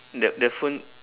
the the phone